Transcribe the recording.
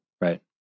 Right